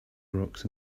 rocks